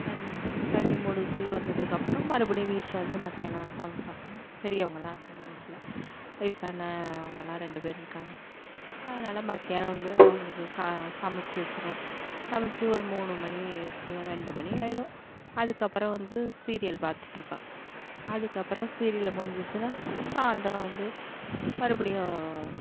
தண்ணி தண்ணி முடித்து வந்ததுக்கு அப்புறம் மறுபடியும் வீட்டில் வந்து மத்தியானம் சமைப்பேன் பெரியவங்கெல்லாம் இருக்காங்க வீட்டில் வயதான அவங்கெல்லாம் ரெண்டு பேர் இருக்காங்க அதனால மத்தியானம் வந்து அவங்களுக்கு ச சமைச்சி வச்சுட்டு வச்சுருவேன் சமைச்சி ஒரு மூணு மணிவரைக்கும் ரெண்டு மணி ஆகிடும் அதுக்கப்புறம் வந்து சீரியல் பார்த்துட்ருப்பேன் அதுக்கப்புறம் சீரியல் முடிஞ்சிருச்சுனால் சாயந்தரம் வந்து மறுபடியும்